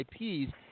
IPs